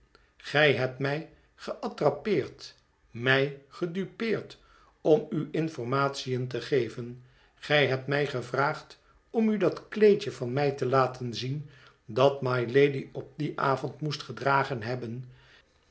gij hebt mij geattrapeerd mij gedupeerd om u informatiën te geven gij hebt mij gevraagd om u dat kleedje van mij te laten zien dat mylady op dien avond moest gedragen hebben